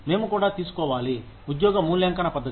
మేము కూడా తీసుకోవాలి ఉద్యోగ మూల్యాంకన పద్ధతి